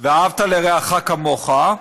"ואהבת לרעך כמוך",